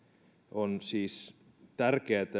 on siis tärkeätä